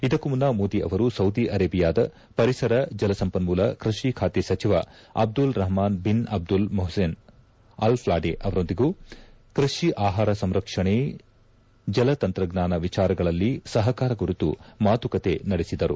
ಇದಕ್ಕೂ ಮುನ್ನ ಮೋದಿ ಅವರು ಸೌದಿ ಅರೇಬಿಯಾದ ಪರಿಸರ ಜಲಸಂಪನ್ನೂಲ ಕೃಷಿ ಖಾತೆ ಸಚಿವ Abdul Rahman bin Abdul Mohsen Al ಫ್ಲಾಡ್ಡಿ ಅವರೊಂದಿಗೆ ಕೈಷಿ ಆಹಾರ ಸಂಸ್ಕರಣೆ ಜಲತಂತ್ರಜ್ಞಾನ ವಿಚಾರಗಳಲ್ಲಿ ಸಹಕಾರ ಕುರಿತು ಮಾತುಕತೆ ನಡೆಸಿದರು